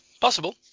Possible